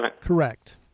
Correct